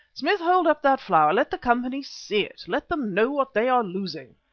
smith, hold up that flower. let the company see it. let them know what they are losing.